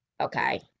Okay